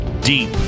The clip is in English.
deep